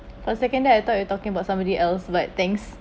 for second there I thought you talking about somebody else but thanks